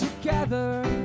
together